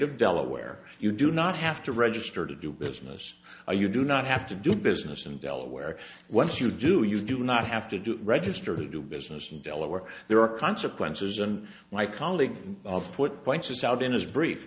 of delaware you do not have to register to do business or you do not have to do business in delaware once you do you do not have to do register to do business in delaware there are consequences and my colleague of put points out in his brief